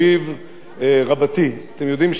אתם יודעים שיהודה ושומרון וירושלים,